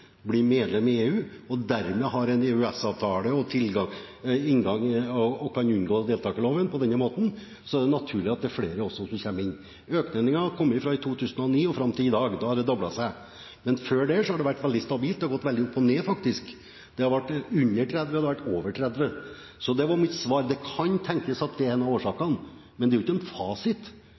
blir medlemmer i EU, og dermed har en EØS-avtale og på den måten kan unngå deltakerloven, er det naturlig at flere kommer inn. Økningen kom fra 2009 og fram til i dag – da har det doblet seg. Men før det har det vært veldig stabilt. Det har gått veldig opp og ned, faktisk. Det har vært under 30, og det har vært over 30. Så det var mitt svar. Det kan tenkes at det er en av årsakene, men det er ikke en fasit.